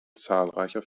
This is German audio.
zahlreicher